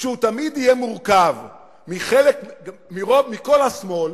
שתמיד יהיה מורכב מכל השמאל